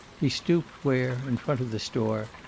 he stooped where, in front of the store,